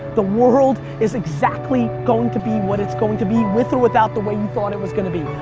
the world is exactly going to be what it's going to be with or without the way you thought it was gonna be.